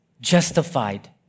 justified